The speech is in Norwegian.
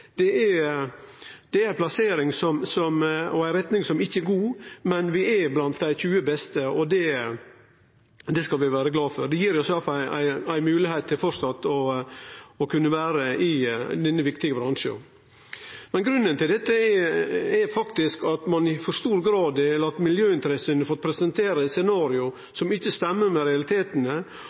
plassering. Det er ei retning som ikkje er god, men vi er blant dei 20 beste, og det skal vi vere glade for. Det gir oss iallfall ei moglegheit til framleis å kunne vere i denne viktige bransjen. Grunnen til dette er faktisk at ein i for stor grad har latt miljøinteressene fått presentere scenario som ikkje stemmer med